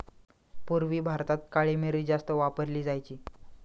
पूर्वी भारतात काळी मिरी जास्त वापरली जायची